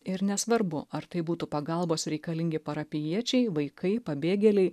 ir nesvarbu ar tai būtų pagalbos reikalingi parapijiečiai vaikai pabėgėliai